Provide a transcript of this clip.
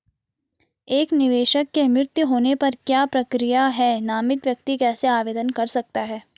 एक निवेशक के मृत्यु होने पर क्या प्रक्रिया है नामित व्यक्ति कैसे आवेदन कर सकता है?